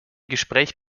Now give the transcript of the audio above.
gespräch